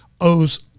owes